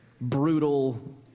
brutal